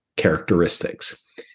characteristics